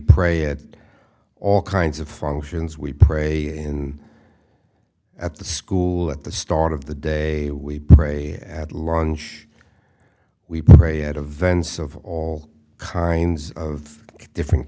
pray at all kinds of functions we pray in at the school at the start of the day we pray at launch we pray at the vents of all kinds of different